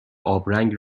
آبرنگ